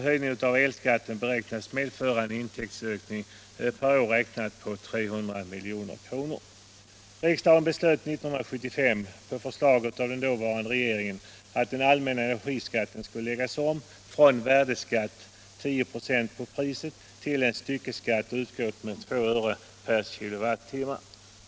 Höjningen av elskatten beräknas medföra en intäktsökning per år räknat Riksdagen beslöt 1975, på förslag av den dåvarande regeringen, att den allmänna energiskatten skulle läggas om från värdeskatt — 10 926 på priset — till en styckeskatt, utgående med 2 öre per kWh.